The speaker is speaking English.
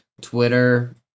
Twitter